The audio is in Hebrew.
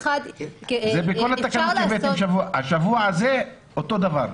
זה בכל התקנות שהבאתם השבוע הזה, אותו דבר.